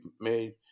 made